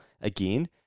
Again